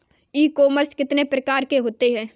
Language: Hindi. ई कॉमर्स कितने प्रकार के होते हैं?